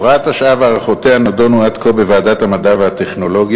הוראת השעה והארכותיה נדונו עד כה בוועדת המדע והטכנולוגיה.